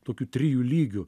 tokių trijų lygių